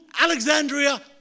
Alexandria